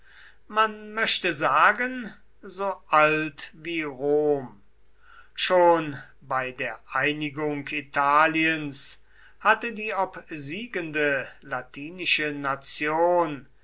man möchte sagen so alt wie rom schon bei der einigung italiens hatte die obsiegende latinische nation